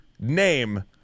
name